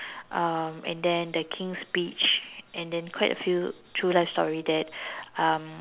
um and then the king's speech and then quite a few true life story that um